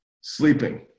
sleeping